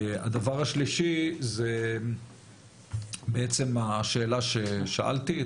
הדבר השלישי זה בעצם השאלה ששאלתי.